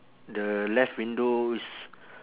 the left window is